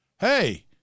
Hey